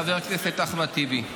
חבר הכנסת אחמד טיבי,